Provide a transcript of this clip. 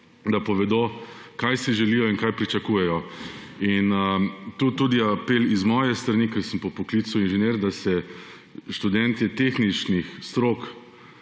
povedo, kaj si želijo in kaj pričakujejo. Tu apel tudi z moje strani, ker sem po poklicu inženir, da se študenti tehničnih strok